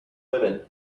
women